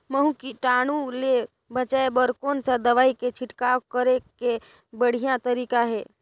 महू कीटाणु ले बचाय बर कोन सा दवाई के छिड़काव करे के बढ़िया तरीका हे?